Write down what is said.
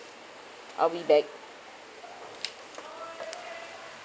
I'll be back